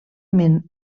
mena